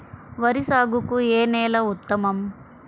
వరి సాగుకు ఏ నేల ఉత్తమం?